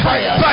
Fire